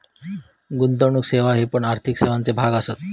गुंतवणुक सेवा हे पण आर्थिक सेवांचे भाग असत